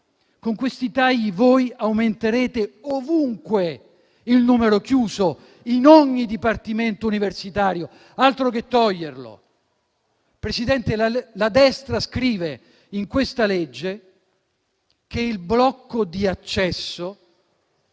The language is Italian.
Con questi tagli voi aumenterete ovunque il numero chiuso, in ogni dipartimento universitario, altro che toglierlo! Presidente, la destra scrive in questo provvedimento che il blocco di accesso